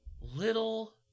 little